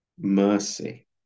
mercy